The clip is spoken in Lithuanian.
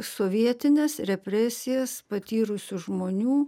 sovietines represijas patyrusių žmonių